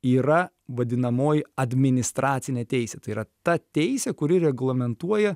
yra vadinamoji administracinė teisė tai yra ta teisė kuri reglamentuoja